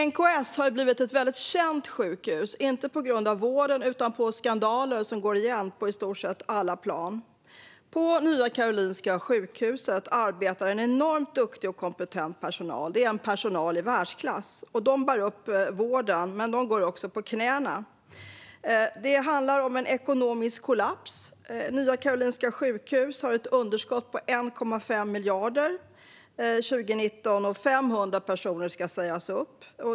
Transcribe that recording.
NKS har blivit ett känt sjukhus, inte tack vare vården utan på grund av skandaler som går igen på i stort sett alla plan. På Nya Karolinska sjukhuset arbetar en enormt duktig och kompetent personal. Det är personal i världsklass, och de bär upp vården - men de går också på knäna. Det handlar om en ekonomisk kollaps. Nya Karolinska sjukhuset har ett underskott på 1,5 miljarder för 2019, och 500 personer ska sägas upp.